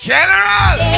General